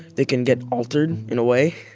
they can get altered in a way.